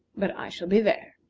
but i shall be there.